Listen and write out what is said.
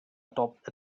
atop